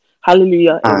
Hallelujah